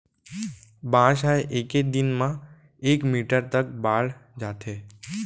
बांस ह एके दिन म एक मीटर तक बाड़ जाथे